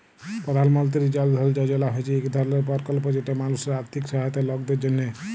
পধাল মলতিরি জল ধল যজলা হছে ইক ধরলের পরকল্প যেট মালুসের আথ্থিক সহায়তার লকদের জ্যনহে